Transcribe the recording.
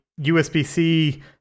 USB-C